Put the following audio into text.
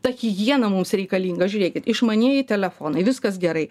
ta hihiena mums reikalinga žiūrėkit išmanieji telefonai viskas gerai